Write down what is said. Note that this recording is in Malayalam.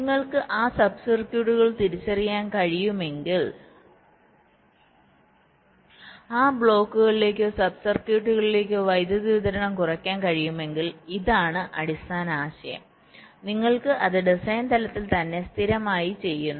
നിങ്ങൾക്ക് ആ സബ് സർക്യൂട്ടുകൾ തിരിച്ചറിയാൻ കഴിയുമെങ്കിൽ ആ ബ്ലോക്കുകളിലേക്കോ സബ് സർക്യൂട്ടുകളിലേക്കോ വൈദ്യുതി വിതരണം കുറയ്ക്കാൻ കഴിയുമെങ്കിൽ ഇതാണ് അടിസ്ഥാന ആശയം നിങ്ങൾ അത് ഡിസൈൻ തലത്തിൽ തന്നെ സ്ഥിരമായി ചെയ്യുന്നു